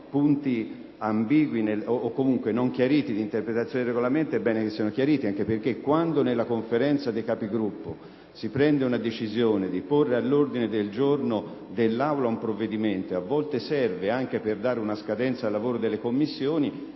punti ambigui o comunque non chiariti nell'interpretazione del Regolamento, è bene che siano chiariti. Quando tra l'altro nella Conferenza dei Capigruppo si prende la decisione di porre all'ordine del giorno dell'Aula un provvedimento, a volte serve anche per dare una scadenza al lavoro delle Commissioni,